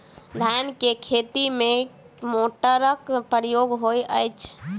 धान केँ खेती मे केँ मोटरक प्रयोग होइत अछि?